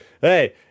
hey